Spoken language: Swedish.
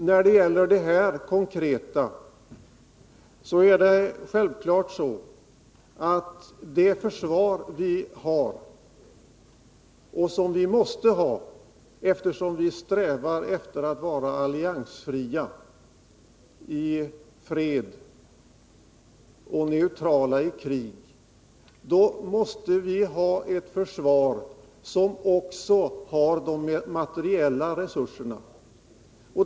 När det gäller den konkreta frågan är det självklart, eftersom vi strävar efter att vara alliansfria i fred och neutrala i krig, att vi måste ha ett försvar som också har de materiella resurserna.